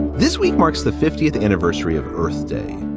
this week marks the fiftieth anniversary of earth day,